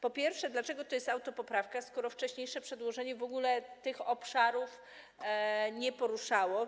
Po pierwsze, dlaczego to jest autopoprawka, skoro wcześniejsze przedłożenie w ogóle tych obszarów nie poruszało?